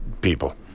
people